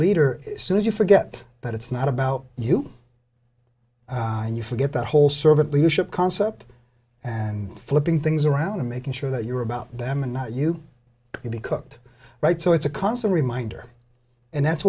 leader soon as you forget but it's not about you and you forget that whole servant leadership concept and flipping things around and making sure that you're about them and you can be cooked right so it's a constant reminder and that's